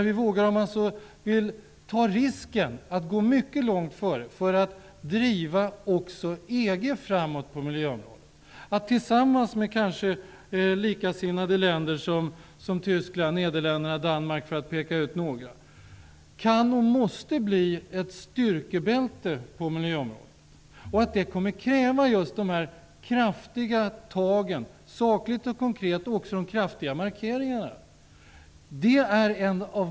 Vi vågar ta risken att gå mycket långt före, för att driva också EG framåt på miljöområdet. Det handlar om att arbeta tillsammans med likasinnade länder som Tyskland, Nederländerna, Danmark, för att peka ut några, för att skapa ett styrkebälte på miljöområdet. Det kommer att kräva kraftiga tag och också kraftiga markeringar, sakliga och konkreta.